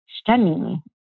stunning